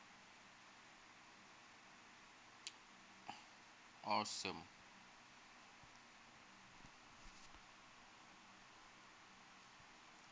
awesome